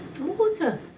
water